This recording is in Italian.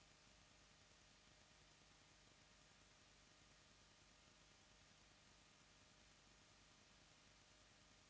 Grazie